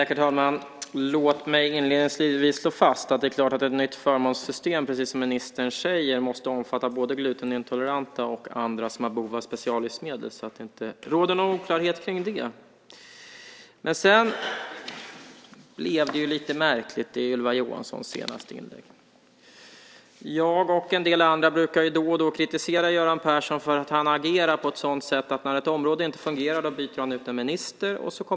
Herr talman! Låt mig inledningsvis slå fast att det är klart att ett nytt förmånssystem måste, precis som ministern säger, omfatta både glutenintoleranta och andra som har behov av speciallivsmedel. Jag säger detta för att det inte ska råda någon oklarhet kring det. Sedan blev det lite märkligt i Ylva Johanssons senaste inlägg här. Jag och en del andra kritiserar då och då Göran Persson för hans agerande. När ett område inte fungerar byter han ut en minister.